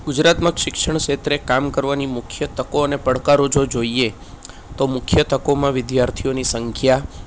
ગુજરાતમાં શિક્ષણ ક્ષેત્રે કામ કરવાની મુખ્ય તકો અને પડકારો જો જોઈએ તો મુખ્ય તકોમાં વિદ્યાર્થીઓની સંખ્યા